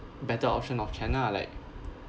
better option of channel ah like